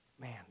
Man